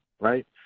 right